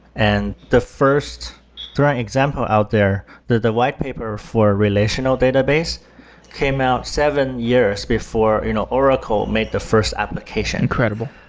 and the first example out there, the the whitepaper for relational database came out seven years before you know oracle made the first application. incredible.